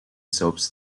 soaps